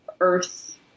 Earth